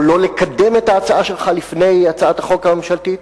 לא לקדם את ההצעה שלך לפני הצעת החוק הממשלתית.